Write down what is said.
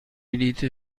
بلیط